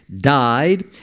died